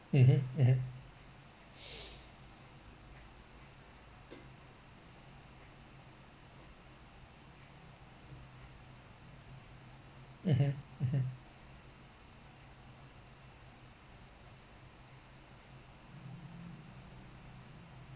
mmhmm mmhmm mmhmm mmhmm